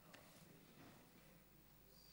תודה